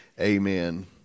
amen